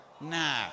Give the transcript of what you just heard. Nah